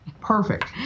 Perfect